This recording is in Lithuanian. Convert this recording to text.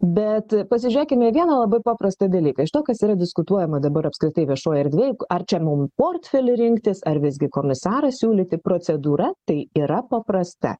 bet pasižiūrėkime į vieną labai paprastą dalyką iš to kas yra diskutuojama dabar apskritai viešoj erdvėj ar čia mum portfelį rinktis ar visgi komisarą siūlyti procedūra tai yra paprasta